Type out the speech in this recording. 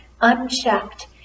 unchecked